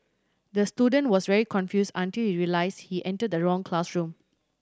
the student was very confused until he realised he entered the wrong classroom